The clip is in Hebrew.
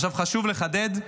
עכשיו חשוב לחדד: